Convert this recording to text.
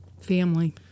family